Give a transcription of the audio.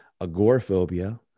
agoraphobia